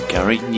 Gary